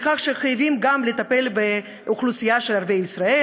שחייבים גם לטפל באוכלוסייה של ערביי ישראל,